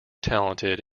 talented